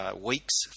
weeks